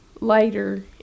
later